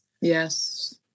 Yes